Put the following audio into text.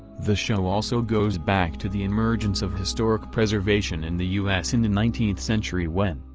the show also goes back to the emergence of historic preservation in the us in the nineteenth century when,